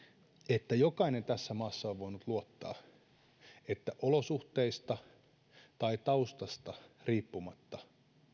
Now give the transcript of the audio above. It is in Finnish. että jokainen tässä maassa on voinut luottaa siihen että olosuhteista tai taustasta riippumatta